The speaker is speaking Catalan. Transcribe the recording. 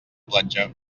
platja